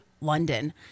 London